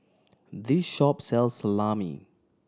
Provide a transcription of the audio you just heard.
this shop sells Salami